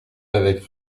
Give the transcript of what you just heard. avec